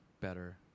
better